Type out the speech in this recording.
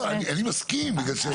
אני מסכים, אין היגיון.